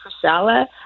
Priscilla